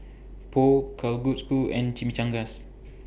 Pho Kalguksu and Chimichangas